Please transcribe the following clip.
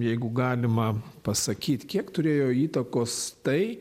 jeigu galima pasakyt kiek turėjo įtakos tai